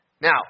Now